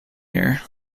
year